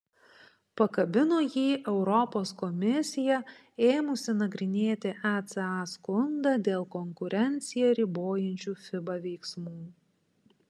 pakabino jį europos komisija ėmusi nagrinėti eca skundą dėl konkurenciją ribojančių fiba veiksmų